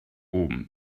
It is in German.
oben